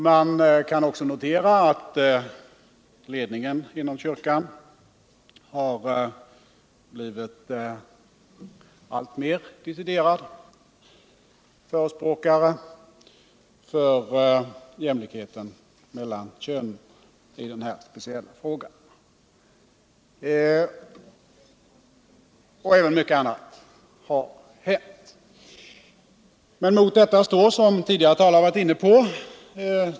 Man kan också notera att ledningen inom kyrkan har blivit alltmer deciderad när det gäller jämlikheten mellan könen i den här speciella frågan. Även mycket annat har hänt. Mot detta står, som tidigare talare varit inne på.